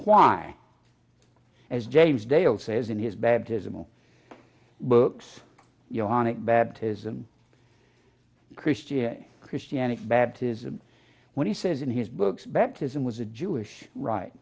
why as james dale says in his baptism books you know on it baptism christian christianity baptism when he says in his books baptism was a jewish right